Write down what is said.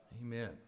Amen